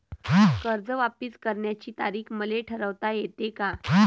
कर्ज वापिस करण्याची तारीख मले ठरवता येते का?